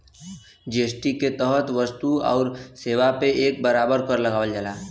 GST के तहत वस्तु आउर सेवा पे एक बराबर कर लगावल जाला